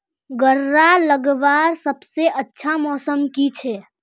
गन्ना लगवार सबसे अच्छा मौसम की छे?